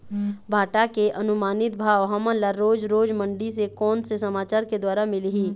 भांटा के अनुमानित भाव हमन ला रोज रोज मंडी से कोन से समाचार के द्वारा मिलही?